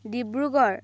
Dibrugarh